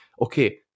Okay